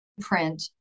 print